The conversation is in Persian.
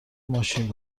ماشین